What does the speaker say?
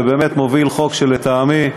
ובאמת מוביל חוק שלטעמי,